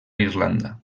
irlanda